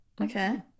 Okay